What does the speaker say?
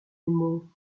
nemo